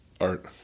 Art